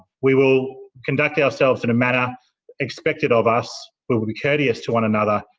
we will conduct ourselves in a manner expected of us. we will be courteous to one another.